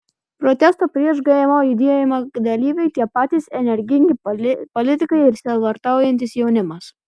protesto prieš gmo judėjimo dalyviai tie patys energingi politikai ir sielvartaujantis jaunimas